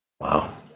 Wow